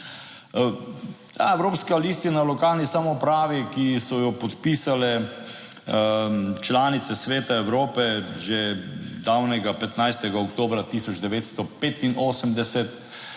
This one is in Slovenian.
evropska listina o lokalni samoupravi, ki so jo podpisale članice Sveta Evrope že davnega 15. oktobra 1985,